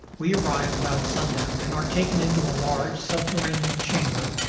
we arrive about sundown, and are taken into a large subterranean chamber,